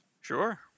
Sure